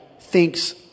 thinks